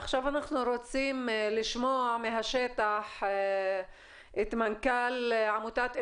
עכשיו אנחנו רוצים לשמוע מהשטח את מנכ"ל עמותת אלמנארה,